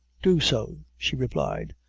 do so, she replied,